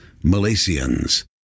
Malaysians